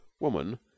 woman